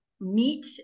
meet